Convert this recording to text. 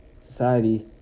society